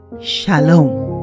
Shalom